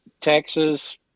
Texas